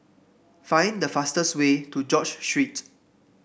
find the fastest way to George Street